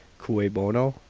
cui bono?